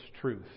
truth